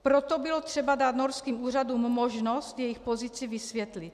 Proto bylo třeba dát norským úřadům možnost jejich pozici vysvětlit.